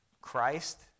Christ